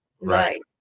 Right